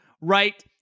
right